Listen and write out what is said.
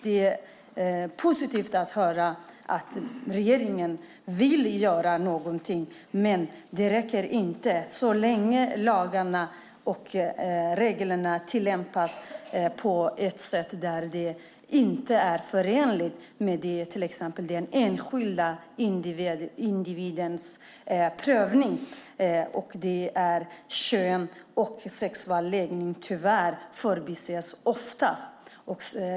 Det är positivt att höra att regeringen vill göra något, men det räcker inte så länge lagarna och reglerna tillämpas på ett sätt som inte är förenligt med prövning av den enskilda individen. Kön och sexuell läggning förbises tyvärr ofta.